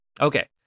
Okay